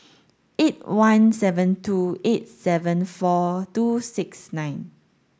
eight one seven two eight seven four two six nine